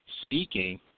speaking